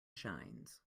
shines